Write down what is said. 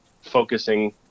focusing